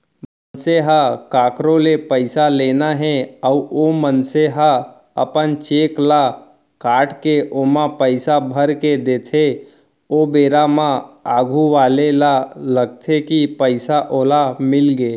मनसे ल कखरो ले पइसा लेना हे अउ ओ मनसे ह अपन चेक ल काटके ओमा पइसा भरके देथे ओ बेरा म आघू वाले ल लगथे कि पइसा ओला मिलगे